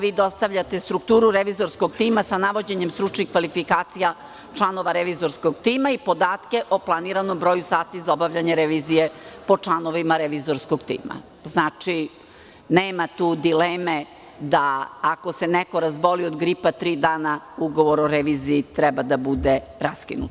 Vi dostavljate strukturu revizorskog tima sa navođenjem stručnih kvalifikacija, članova revizorskog tima i podatke o planiranom broju sati za obavljanje revizije, po članovima revizorskog tima, znači, nema tu dileme da ako se neko razboli od gripa tri dana, Ugovor o reviziji treba da bude raskinut.